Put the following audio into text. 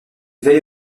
veille